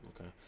Okay